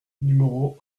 numéro